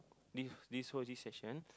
this this whole this session